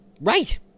right